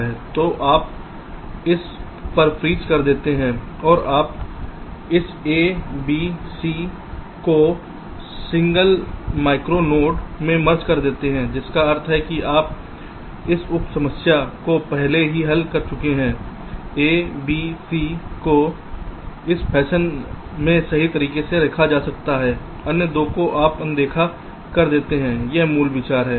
तो आप इस पर फ्रीज कर देते हैं और आप इस a b c को सिंगल माइक्रो नोड में मर्ज कर देते हैं जिसका अर्थ है कि आप इस उप समस्या को पहले ही हल कर चुके हैं ए बी सी को इस फैशन में सही तरीके से रखा जा सकता है अन्य दो को आप अनदेखा करते हैं यह मूल विचार है